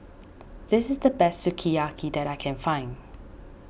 this is the best Sukiyaki that I can find